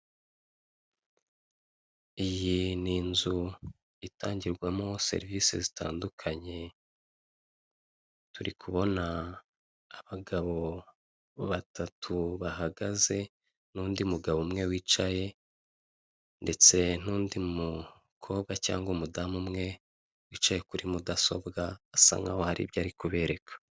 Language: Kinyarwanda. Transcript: Iyi ni inzu itangirwamo serivise zitandukanye turi kubona abagabo batatu, bahagaze n'undi mugabo umwe wicaye ndetse n'undi mukobwa cyangwa umudamu umwe wicaye kuri mudasobwa asa nkaho hari ibyo ari kubereka.